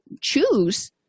choose